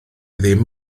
ddim